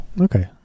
Okay